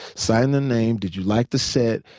sign their name, did you like the set,